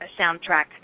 soundtrack